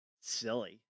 silly